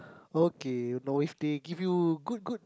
okay know is that give you good good